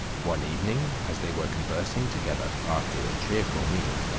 one evening as they were conversing together after a cheerful meal,